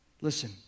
Listen